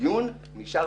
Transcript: הדיון נשאר